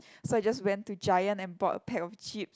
so I just went to giant and bought a pack of chips